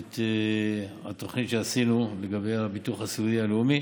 את התוכנית שעשינו בנושא הביטוח הסיעודי הלאומי.